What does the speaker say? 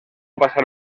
passar